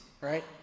right